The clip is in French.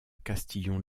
castillon